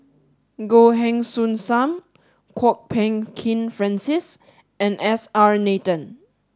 Goh Heng Soon Sam Kwok Peng Kin Francis and S R Nathan